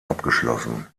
abgeschlossen